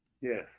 Yes